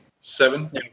Seven